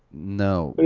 no,